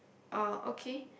uh okay